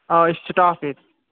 آ أسۍ چھِ سِٹاف ییٚتہِ